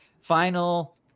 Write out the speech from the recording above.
final